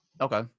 Okay